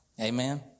Amen